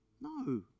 No